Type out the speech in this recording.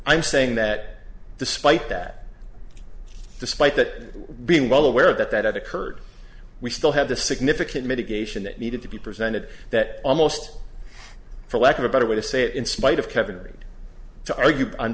i'm saying that despite that despite that being well aware that that occurred we still have the significant mitigation that needed to be presented that almost for lack of a better way to say it in spite of kevin rudd to argue on